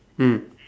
mm